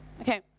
Okay